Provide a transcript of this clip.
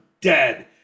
dead